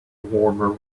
warmer